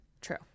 True